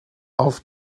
auf